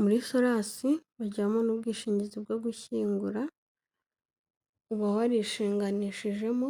Muri solasi bagiramo n'ubwishingizi bwo gushyingura, uba warishinganishijemo